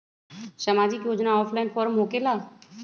समाजिक योजना offline form होकेला?